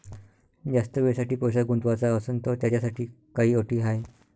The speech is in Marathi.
जास्त वेळेसाठी पैसा गुंतवाचा असनं त त्याच्यासाठी काही अटी हाय?